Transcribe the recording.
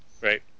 Right